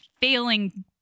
failing